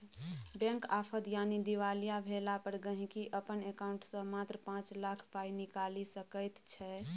bank आफद यानी दिवालिया भेला पर गांहिकी अपन एकांउंट सँ मात्र पाँच लाख पाइ निकालि सकैत छै